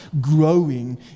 growing